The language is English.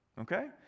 Okay